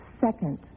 second